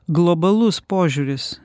globalus požiūris